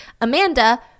Amanda